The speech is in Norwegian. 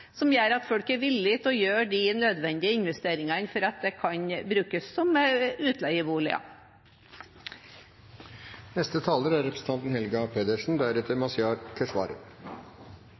som gjør at folk er villig til å gjøre de nødvendige investeringene for at dette kan brukes som